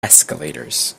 escalators